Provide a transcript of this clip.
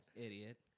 idiot